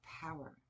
power